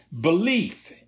Belief